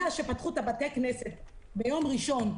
מאז שפתחו את בתי הכנסת ביום ראשון,